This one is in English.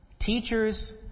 Teachers